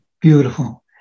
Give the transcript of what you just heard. beautiful